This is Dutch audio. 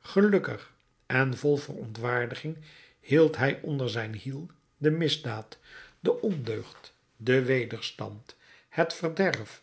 gelukkig en vol verontwaardiging hield hij onder zijn hiel de misdaad de ondeugd den wederstand het verderf